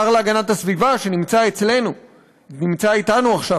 כששירותי הבנקאות לא נמצאים בקרבה,